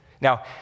Now